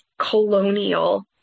colonial